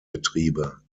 getriebe